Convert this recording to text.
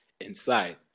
inside